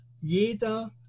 jeder